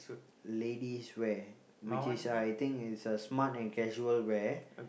ladies' wear which is I think is uh smart and casual wear